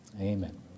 amen